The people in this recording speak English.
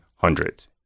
hundreds